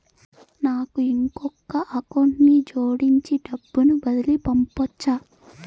నాకు ఇంకొక అకౌంట్ ని జోడించి డబ్బును బదిలీ పంపొచ్చా?